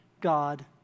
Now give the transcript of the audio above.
God